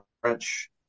French